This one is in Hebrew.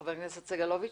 חבר הכנסת סגלוביץ'.